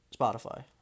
Spotify